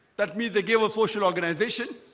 that means they gave a social organization